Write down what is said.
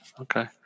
Okay